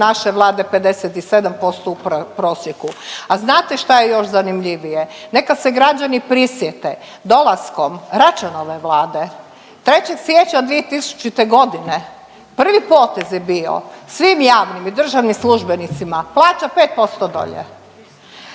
naše Vlade 57% u prosjeku. A znate šta je još zanimljivije? Neka se građani prisjete dolaskom Račanove vlade 3. siječnja 2000. godine prvi potez je bio svim javnim i državnim službenicima plaća 5% dolje.